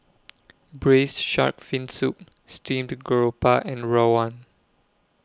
Braised Shark Fin Soup Steamed Garoupa and Rawon